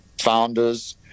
founders